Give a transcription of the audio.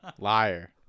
Liar